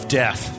death